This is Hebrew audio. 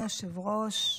אדוני היושב-ראש,